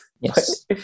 Yes